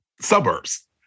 suburbs